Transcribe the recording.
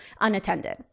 unattended